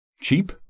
Cheap